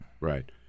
Right